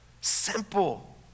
Simple